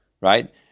Right